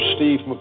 Steve